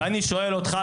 ואני שואל אותך,